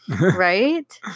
Right